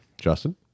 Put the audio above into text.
Justin